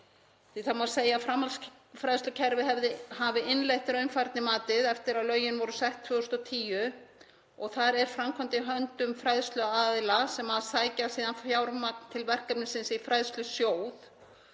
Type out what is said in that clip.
því. Það má segja að framhaldsfræðslukerfið hafi innleitt raunfærnimatið eftir að lögin voru sett 2010 og þar er framkvæmdin í höndum fræðsluaðila sem sækja síðan fjármagn til verkefnisins í fræðslusjóð.